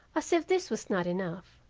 as if this was not enough,